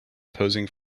posing